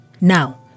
Now